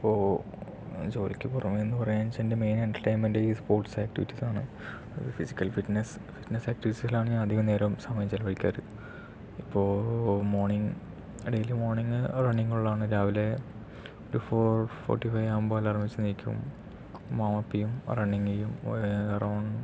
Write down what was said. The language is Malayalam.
അപ്പോൾ ജോലിക്ക് പുറമെ എന്ന് പറയാൻ എൻ്റെ മെയിൻ എന്റർടൈൻമെന്റ് ഈ സ്പോർട്സ് ആക്ടിവിറ്റീസാണ് ഫിസിക്കൽ ഫിറ്റ്നസ് ഫിറ്റ്നസ് ആക്ടിവിറ്റീസിലാണ് ഞാൻ അധിക നേരവും സമയം ചിലവഴിക്കാറ് ഇപ്പോൾ മോർണിംഗ് ഇടയിൽ മോർണിംഗ് റണ്ണിങ് ഉള്ളതാണ് രാവിലെ ഒരു ഫൗർ ഫോർട്ടി ഫൈവ് ആകുമ്പോൾ അലാറം വെച്ച് ഞാൻ എണീക്കും ഒന്ന് വാം അപ്പ് ചെയ്യും റണ്ണിങ് ചെയ്യും എറൗണ്ട്